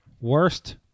worst